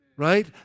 Right